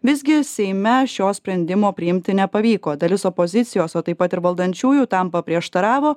visgi seime šio sprendimo priimti nepavyko dalis opozicijos o taip pat ir valdančiųjų tam paprieštaravo